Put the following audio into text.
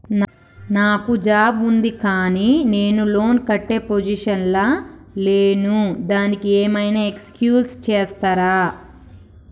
నాకు జాబ్ ఉంది కానీ నేను లోన్ కట్టే పొజిషన్ లా లేను దానికి ఏం ఐనా ఎక్స్క్యూజ్ చేస్తరా?